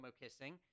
kissing